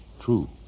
true